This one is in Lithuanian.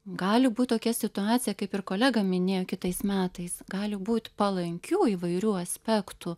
gali būt tokia situacija kaip ir kolega minėjo kitais metais gali būti palankių įvairių aspektų